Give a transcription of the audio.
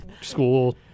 school